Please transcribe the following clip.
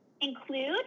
include